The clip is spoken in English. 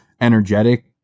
energetic